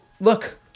look